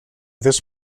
this